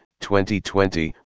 2020